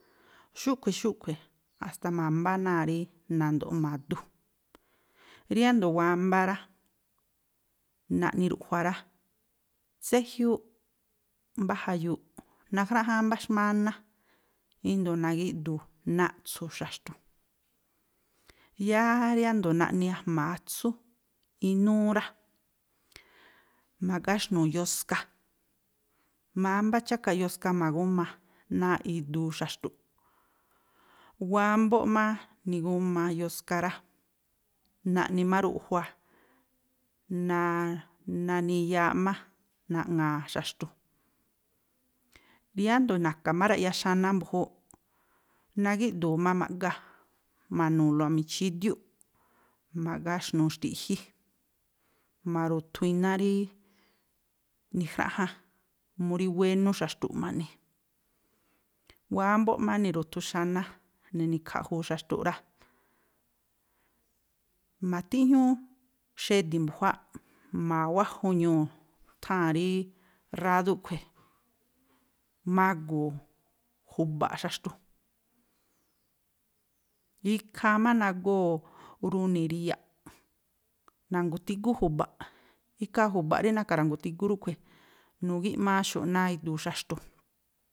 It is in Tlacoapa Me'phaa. Xúꞌkhui̱, xúꞌkhui̱ a̱sta̱ ma̱mbá náa̱ rí nando̱ꞌ ma̱du, riándo̱ wámbá rá, naꞌni ruꞌjua rá, tséjyúúꞌ mbá jayuuꞌ. Najráꞌjáán mbá xmáná índo̱ nagíꞌdu̱u̱ naꞌtsu̱ xaxtu. Yáá riándo̱ naꞌni a̱ma̱ atsí o atsú inúú rá, ma̱ꞌgá áxnu̱u̱ yoska, mámbá chákaꞌ yoska ma̱gúma náa̱ꞌ iduu xaxtu̱ꞌ. Wámbóꞌ má ni̱gúma yoska rá, naꞌni má ruꞌjua, naniyaaꞌ má naꞌŋa̱a̱ xaxtu. Yáá ándo̱ na̱ka̱ má raꞌya xaná mbu̱júúꞌ, nagíꞌdu̱ má ma̱ꞌgá, ma̱nu̱u̱lo michídiúꞌ, ma̱gá áxnu̱u̱ xtiꞌjí, ma̱ru̱thu iná rí nijráꞌján, mu rí wénú xaxtu̱ꞌ ma̱ꞌni, wámbóꞌ má ni̱ru̱thu xaná, ne̱ni̱khaꞌjuu xaxtu̱ ráꞌ, ma̱tíꞌjñúú xedi̱ mbu̱juááꞌ, ma̱wájuñuu̱ tháa̱n rí rádú a̱ꞌkhui̱, magu̱u̱ ju̱ba̱ꞌ xaxtu. Ikhaa má nagóo̱ runi̱ riyaꞌ, nangu̱tígú ju̱baꞌ, ikhaa ju̱ba̱ꞌ rí na̱ka̱ rangu̱tígú rúꞌkhui̱ nu̱gíꞌmááxu̱ꞌ náa̱ iduu xaxtu.